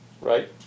right